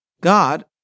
God